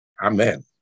amen